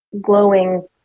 glowing